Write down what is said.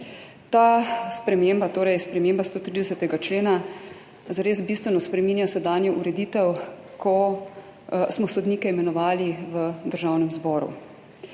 Ta sprememba, torej sprememba 130. člena, zares bistveno spreminja sedanjo ureditev, ko smo sodnike imenovali v Državnem zboru.